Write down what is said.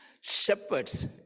Shepherds